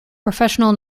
professional